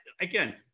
again